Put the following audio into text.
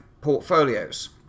portfolios